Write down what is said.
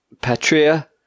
Patria